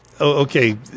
okay